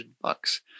bucks